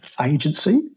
agency